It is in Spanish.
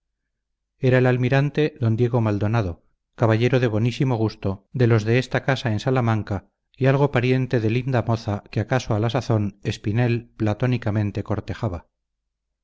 era el almirante don diego maldonado caballero de bonísimo gusto de los de esta casa en salamanca y algo pariente de linda moza que acaso